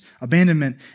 abandonment